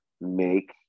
Make